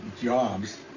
jobs